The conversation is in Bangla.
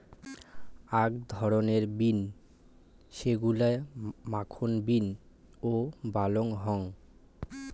আক ধরণের বিন যেইগুলা মাখন বিন ও বলাং হই